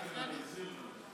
אני אחזיר לך את זה.